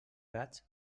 gats